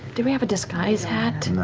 do we have a disguise hat?